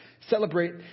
Celebrate